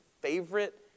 favorite